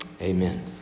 Amen